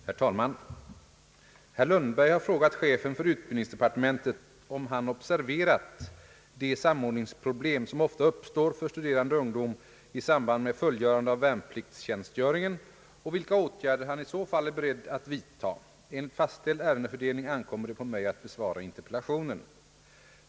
Herr talman! Herr Lundberg har frågat chefen för utbildningsdepartementet om han observerat det samordningsproblem som ofta uppstår för studerande ungdom i samband med fullgörande av värnpliktstjänstgöringen och vilka åtgärder han i så fall är beredd att vidta. Enligt fastställd ärendefördelning ankommer det på mig att besvara interpellationen.